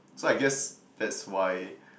so I guess that's why